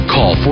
Call